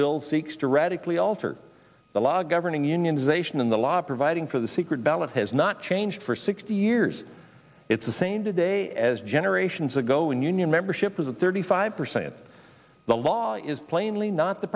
bill seeks to radically alter the law governing unionization in the law providing for the secret ballot has not changed for sixty years it's the same today as generations ago when union membership was at thirty five percent the law is plainly not the